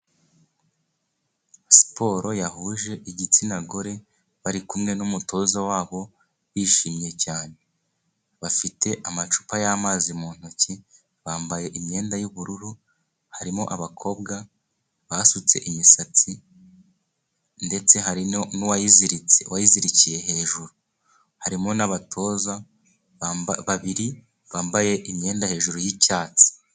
Siporo yahuje igitsina gore. Bari kumwe n'umutoza wabo bishimye cyane. Bafite amacupa y'amazi mu ntoki, bambaye imyenda y'ubururu. Harimo abakobwa basutse imisatsi, ndetse hari n'uwayiziritse wayizirikiye hejuru. Harimo n'abatoza babiri bambaye imyenda hejuru yicyatsi.